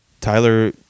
tyler